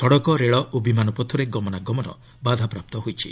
ସଡ଼କ ରେଳ ଓ ବିମାନପଥରେ ଗମନାଗମନ ବାଧାପ୍ରାପ୍ତ ହୋଇଛି